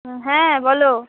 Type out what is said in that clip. হ্যাঁ বল